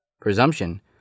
Presumption